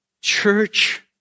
church